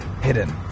hidden